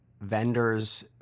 vendors